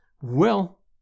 Well